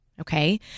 okay